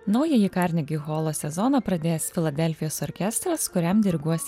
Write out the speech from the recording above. naująjį karnegi holo sezoną pradės filadelfijos orkestras kuriam diriguos